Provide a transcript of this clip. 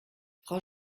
frau